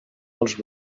dels